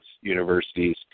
universities